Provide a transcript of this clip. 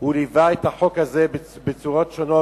הוא ליווה את החוק הזה בצורות שונות,